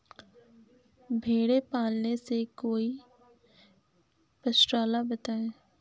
भेड़े पालने से कोई पक्षाला बताएं?